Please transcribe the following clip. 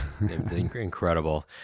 Incredible